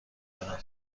برم